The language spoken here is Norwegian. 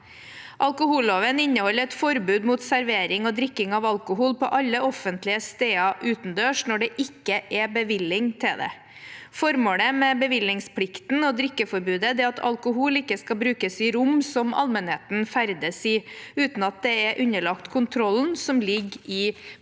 Alkoholloven inneholder et forbud mot servering og drikking av alkohol på alle offentlige steder utendørs når det ikke er bevilling til det. Formålet med bevillingsplikten og drikkeforbudet er at alkohol ikke skal brukes i rom som allmennheten ferdes i, uten at det er underlagt kontrollen som ligger i